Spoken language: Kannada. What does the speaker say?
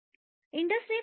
ಇಂಡಸ್ಟ್ರಿ 4